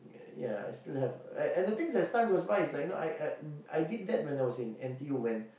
ya I still have and and the thing that as time goes by it's like you know I uh I did that when I was N_T_U when